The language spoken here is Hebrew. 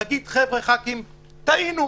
להגיד: חבר'ה, ח"כים, טעינו.